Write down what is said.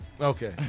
Okay